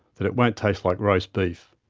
that it won't taste like roast beef.